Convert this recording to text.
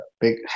big